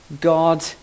God